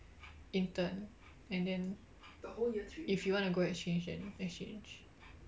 intern and then if you want to go exchange then exchange